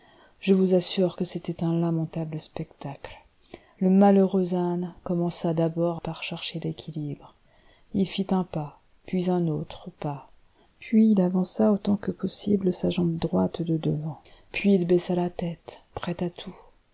je vous assure que c'était un lamentable spectacle le malheureux âne commença d'abord par chercher l'équilibre il fit un pas puis un autre pas puis il avança autant que possible sa jambe droite de devant puis il baissa la tête prêt à tout